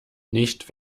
nicht